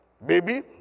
Baby